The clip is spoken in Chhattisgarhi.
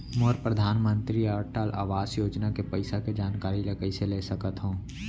मोर परधानमंतरी अटल आवास योजना के पइसा के जानकारी ल कइसे ले सकत हो?